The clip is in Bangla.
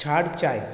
ছাড় চাই